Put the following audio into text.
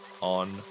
on